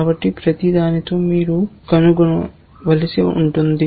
కాబట్టి ప్రతి దానితో మీరు కనుగొనవలసి ఉంటుంది